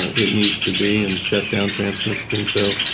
it needs to be and shut down transmission. so,